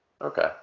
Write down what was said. Okay